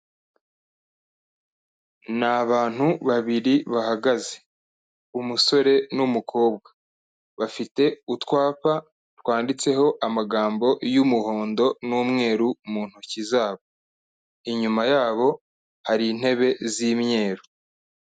Ni abantu babiri bahagaze, umusore n'umukobwa, bafite utwapa twanditseho amagambo y'umuhondo n'umweru mu ntoki zabo, inyuma yabo hari intebe z'imyeru.